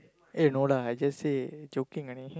eh no lah I just say joking only